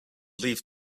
leafed